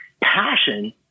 passion